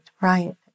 Right